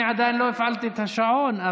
אני עדיין לא הפעלתי את השעון,